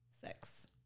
sex